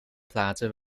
platen